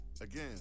Again